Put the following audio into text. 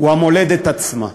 או המולדת עצמה?